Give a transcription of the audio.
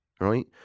right